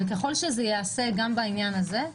וככל שזה ייעשה גם בעניין הזה,